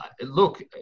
look